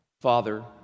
Father